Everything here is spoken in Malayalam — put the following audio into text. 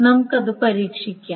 നമുക്ക് അത് പരീക്ഷിക്കാം